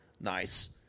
nice